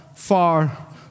Far